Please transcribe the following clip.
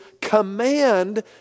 command